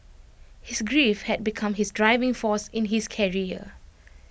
his grief had become his driving force in his career